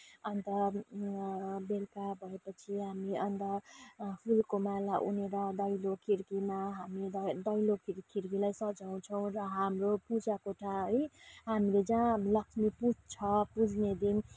अन्त बेलुका भए पछि हामी अन्त फुलको माला उनेर दैलो खिडकीमा हामी र दैलो खिडकीलाई सजाउँछौँ र हाम्रो पूजा कोठा है हामले जहाँ लक्ष्मी पुज्छ पुज्ने दिन